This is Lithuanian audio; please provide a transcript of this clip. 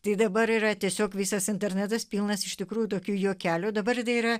tai dabar yra tiesiog visas internetas pilnas iš tikrųjų tokių juokelių dabar yra